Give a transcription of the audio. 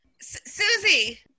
Susie